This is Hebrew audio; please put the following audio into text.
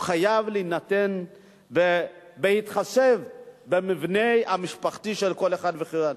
חייב להינתן בהתחשב במבנה המשפחתי של כל אחד ואחד.